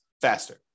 faster